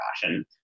fashion